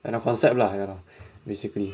and the concept lah ya basically